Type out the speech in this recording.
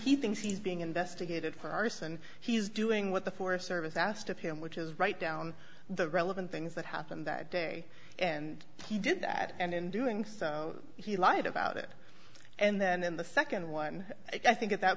he thinks he's being investigated for arson he's doing what the forest service asked of him which is right down the relevant things that happened that day and he did that and in doing so he lied about it and then the nd one i think at that